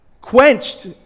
quenched